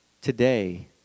Today